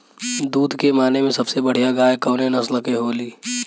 दुध के माने मे सबसे बढ़ियां गाय कवने नस्ल के होली?